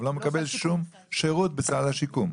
אבל לא מקבל שום שירות בסל השיקום.